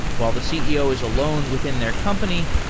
while the ceo is alone within their company,